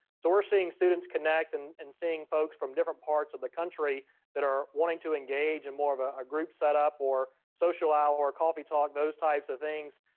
so we're seeing students connect and and seeing folks from different parts of the country that are wanting to engage in more of ah a group setup or social hour or coffee talk, those types of things,